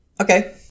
Okay